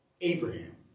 Abraham